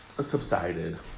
subsided